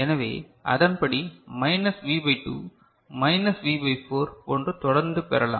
எனவே அதன்படி minus V by 2 minus V by 4 போன்று தொடர்ந்து பெறலாம்